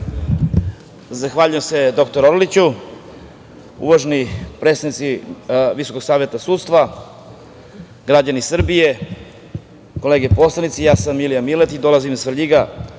Zahvaljujem se, dr Orliću. Uvaženi predstavnici Visokog saveta sudstva, građani Srbije, kolege poslanici, ja sam Milija Miletić, dolazim iz Svrljiga,